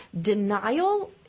denial